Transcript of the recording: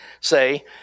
say